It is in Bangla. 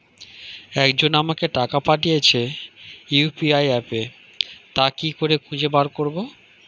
একজন আমাকে টাকা পাঠিয়েছে ইউ.পি.আই অ্যাপে তা কি করে খুঁজে বার করব?